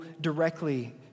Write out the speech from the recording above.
directly